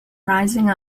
rising